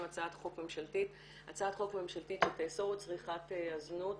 הצעת חוק ממשלתית שתאסור את צריכת הזנות,